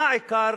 מה עיקר